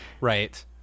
right